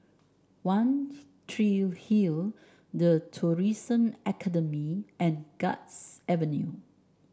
One Tree Hill The Tourism Academy and Guards Avenue